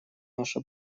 наше